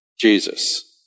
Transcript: Jesus